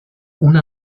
una